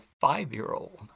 five-year-old